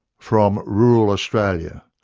from rural australia,